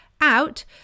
out